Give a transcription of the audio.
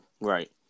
right